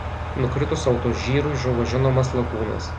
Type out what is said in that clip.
nukritus autožyrui žuvo žinomas lakūnas